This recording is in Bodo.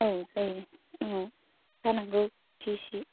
औ जायो औ जानांगौ इसे इसे